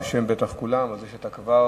בטח בשם כולם,